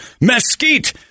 mesquite